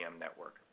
network